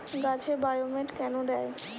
গাছে বায়োমেট কেন দেয়?